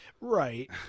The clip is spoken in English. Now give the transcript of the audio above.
Right